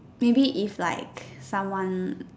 maybe if like someone